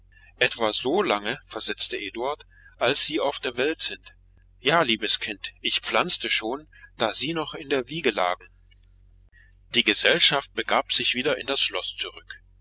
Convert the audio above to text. so lange versetzte eduard als sie auf der welt sind ja liebes kind ich pflanzte schon da sie noch in der wiege lagen die gesellschaft begab sich wieder in das schloß zurück